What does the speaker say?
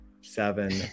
seven